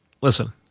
Listen